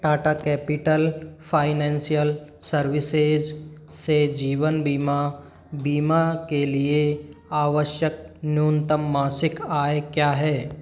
Tata capital financial services से जीवन बीमा बीमा के लिए आवश्यक न्यूनतम मासिक आय क्या है